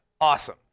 awesome